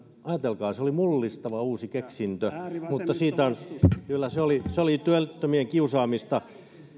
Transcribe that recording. ajatelkaa se oli mullistava uusi keksintö kyllä se oli se oli työttömien kiusaamista